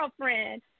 girlfriend